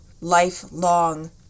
lifelong